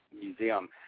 museum